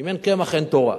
"אם אין קמח אין תורה"